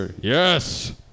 yes